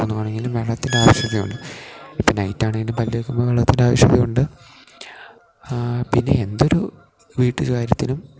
തോന്നുവാണെങ്കിലും വെള്ളത്തിൻ്റെ ആവശ്യകതയുണ്ട് ഇപ്പം നൈറ്റ് ആണെങ്കിലും പല്ല് തേക്കുമ്പോൾ വെള്ളത്തിൻ്റെ ആവശ്യകത ഉണ്ട് പിന്നെ എന്തൊരു വീട്ട് കാര്യത്തിനും